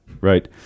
Right